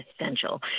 essential